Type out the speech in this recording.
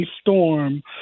storm